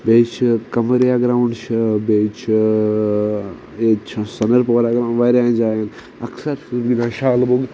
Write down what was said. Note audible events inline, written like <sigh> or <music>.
بییہ چھُ قَمَریا گراونڈ چھُ بییہ چھُ ییٚتہِ چھُ سۄنَرپورہ <unintelligible> واریاہن جاین اکثر چھس بہ گنٛدان شال بُگ